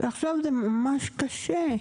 ועכשיו זה ממש קשה.